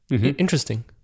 Interesting